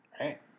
Right